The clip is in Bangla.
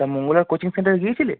তা মঙ্গলবার কোচিং সেন্টার গিয়েছিলে